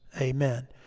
amen